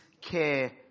care